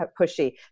pushy